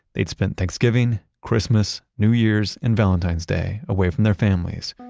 they'd spent thanksgiving, christmas, new year's, and valentine's day away from their families.